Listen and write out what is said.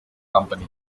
company